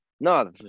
no